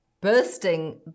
Bursting